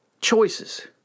Choices